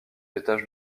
étages